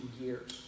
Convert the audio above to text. years